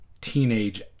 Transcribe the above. teenage